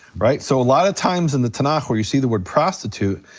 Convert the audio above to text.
right? so a lot of times in the tanakh where you see the word prostitute,